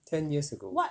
ten years ago